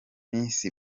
miss